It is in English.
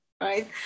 right